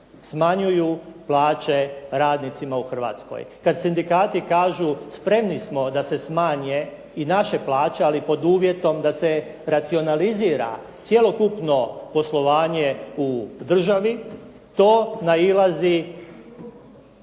smanjuju plaće radnicima u Hrvatskoj kad sindikati kažu spremni smo da se smanje i naše plaće, ali pod uvjetom da se racionalizira cjelokupno poslovanje u državi. To nailazi